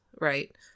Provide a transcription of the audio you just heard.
right